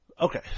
Okay